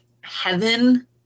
heaven